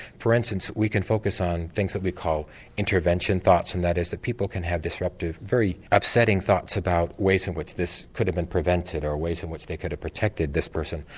for instance we can focus on things that we call intervention thoughts and that is that people can have disruptive very upsetting thoughts about ways in which this could have been prevented, or ways in which they could have protected this person.